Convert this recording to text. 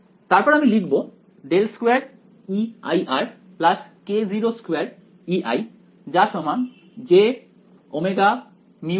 তারপর আমি লিখব ∇2Ei k02Ei jωμJz